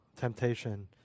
temptation